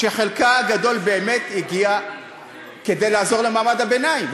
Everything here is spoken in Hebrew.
שחלקה הגדול באמת הגיע כדי לעזור למעמד הביניים,